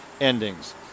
endings